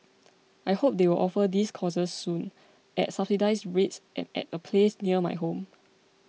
I hope they will offer these courses soon at subsidised rates and at a place near my home